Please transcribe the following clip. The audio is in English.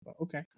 Okay